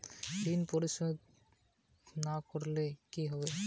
ঋণ পরিশোধ না করলে কি হবে?